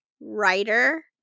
Writer